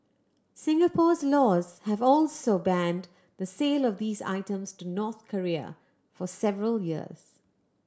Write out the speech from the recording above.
Singapore's laws have also banned the sale of these items to North Korea for several years